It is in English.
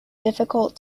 difficult